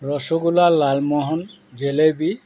rasgulla lalmohan jalebi